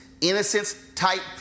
innocence-type